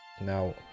Now